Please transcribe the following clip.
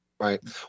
Right